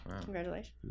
Congratulations